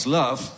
love